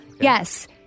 Yes